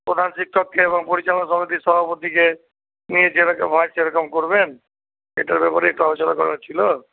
প্রধান শিক্ষককে এবং পরিচালনা সমিতির সভাপতিকে নিয়ে যেরকম হয় সেরকম করবেন এটার ব্যাপারে একটু আলোচনা করার ছিল